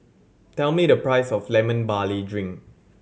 tell me the price of Lemon Barley Drink